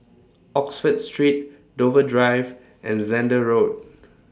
Oxford Street Dover Drive and Zehnder Road